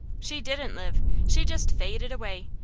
she didn't live. she just faded away,